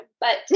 But-